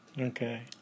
Okay